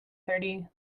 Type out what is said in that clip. thirty